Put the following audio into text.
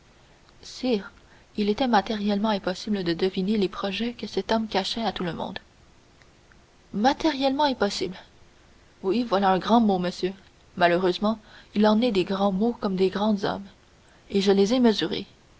sire il était matériellement impossible de deviner les projets que cet homme cachait à tout le monde matériellement impossible oui voilà un grand mot monsieur malheureusement il en est des grands mots comme des grands hommes je les ai mesurés